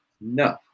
No